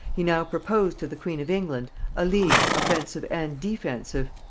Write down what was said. he now proposed to the queen of england a league offensive and defensive,